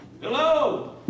Hello